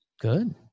Good